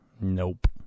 Nope